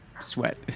Sweat